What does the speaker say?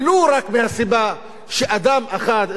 ולו רק מהסיבה שאדם אחד,